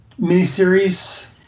miniseries